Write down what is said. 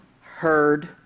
heard